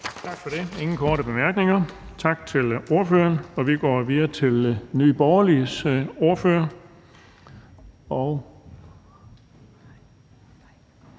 Der er ingen korte bemærkninger. Tak til ordføreren. Vi går videre til Nye Borgerliges ordfører.